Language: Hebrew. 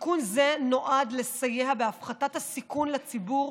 תיקון זה נועד לסייע בהפחתת הסיכון לציבור